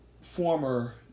former